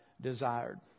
desired